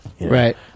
Right